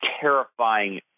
terrifying